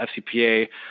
fcpa